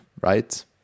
Right